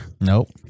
Nope